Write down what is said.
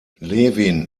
levin